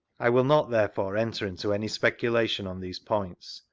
i will not, there fore, enter into any speculation on these points,